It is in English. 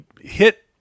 hit